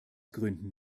gründen